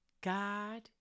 God